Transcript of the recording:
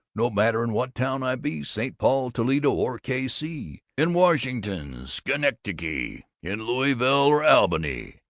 no matter in what town i be st. paul, toledo, or k c, in washington, schenectady, in louisville or albany.